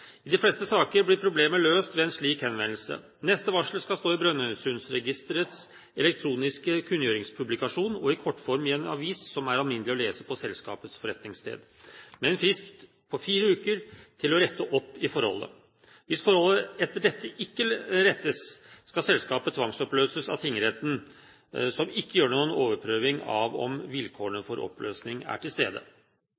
I de fleste saker blir problemet løst ved en slik henvendelse. Neste varsel skal stå i Brønnøysundregistrenes elektroniske kunngjøringspublikasjon og i kortform i en avis som det er alminnelig å lese på selskapets forretningssted, med en frist på fire uker til å rette opp forholdet. Hvis forholdet etter dette ikke rettes, skal selskapet tvangsoppløses av tingretten – som ikke gjør noen overprøving av om vilkårene